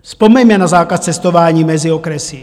Vzpomeňme na zákaz cestování mezi okresy.